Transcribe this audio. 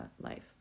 life